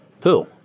Pool